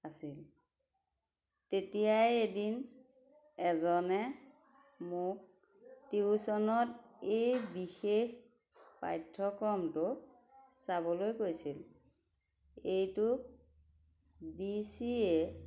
আছিল তেতিয়াই এদিন এজনে মোক টিউশ্যনত এই বিশেষ পাঠ্যক্ৰমটো চাবলৈ কৈছিল এইটোক বি চি এ